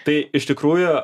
tai iš tikrųjų